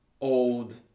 old